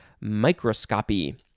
microscopy